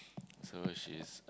so she is